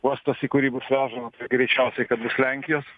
uostas į kurį bus vežama tai greičiausiai kad bus lenkijos